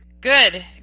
Good